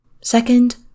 Second